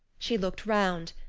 she looked round,